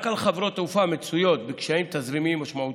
רק על חברות תעופה המצויות בקשיים תזרימיים משמעותיים.